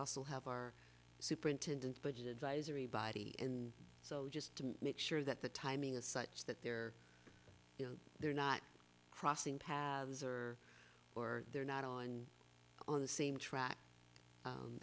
also have our superintendent budget advisory body so just to make sure that the timing is such that they're you know they're not crossing paths or or they're not on on the same track